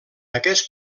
aquest